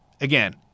Again